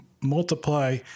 multiply